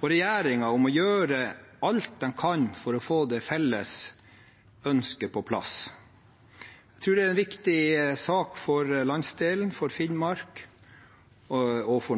og regjeringen om å gjøre alt de kan for å få det felles ønsket på plass. Jeg tror det er en viktig sak for landsdelen, for Finnmark og for